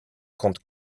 compte